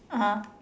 (uh huh)